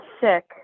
sick